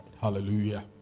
Hallelujah